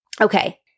Okay